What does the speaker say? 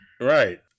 Right